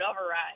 override